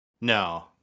No